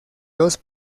dos